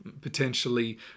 potentially